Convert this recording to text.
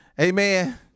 Amen